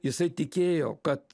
jisai tikėjo kad